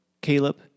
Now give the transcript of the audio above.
Caleb